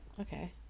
Okay